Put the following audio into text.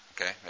Okay